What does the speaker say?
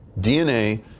DNA